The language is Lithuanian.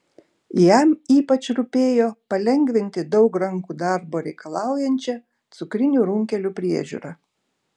jam ypač rūpėjo palengvinti daug rankų darbo reikalaujančią cukrinių runkelių priežiūrą